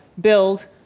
build